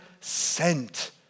sent